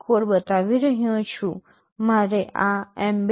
મારે આ mbed